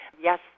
Yes